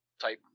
type